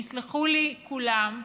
יסלחו לי כולם,